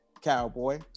cowboy